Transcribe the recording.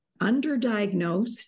underdiagnosed